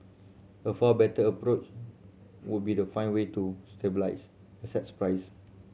a far better approach would be to find way to asset price